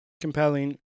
compelling